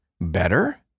better